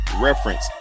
reference